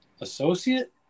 associate